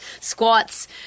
squats